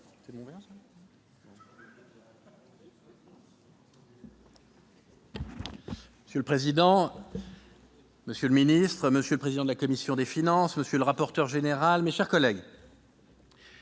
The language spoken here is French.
Monsieur le président, monsieur le secrétaire d'État, monsieur le président de la commission des finances, monsieur le rapporteur général, mes chers collègues,